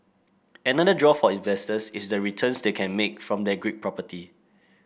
another draw for investors is the returns they can make from their Greek property